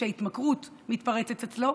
כשההתמכרות מתפרצת אצלו,